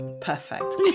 Perfect